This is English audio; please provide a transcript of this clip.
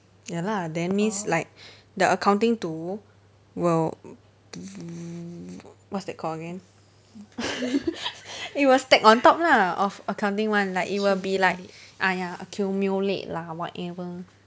ya lah then means like the accounting two will be what's that called again it will stack on top lah of accounting one like it will be like ah ya accumulate lah whatever